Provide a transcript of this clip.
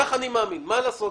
ככה אני מאמין, מה לעשות?